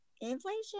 Inflation